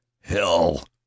HELL